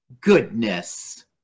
goodness